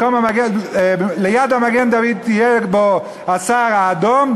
ליד מגן-דוד יהיה הסהר הערבי,